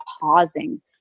pausing